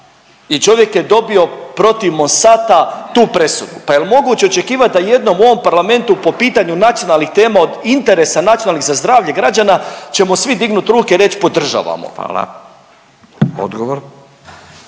I čovjek je dobio protiv Monsanta tu presudu, pa jel moguće očekivati da jednom u ovom parlamentu po pitanju nacionalnih tema od interesa nacionalnih za zdravlje građana ćemo svi dignuti ruke i reći podržavamo. **Radin,